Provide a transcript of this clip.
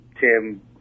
Tim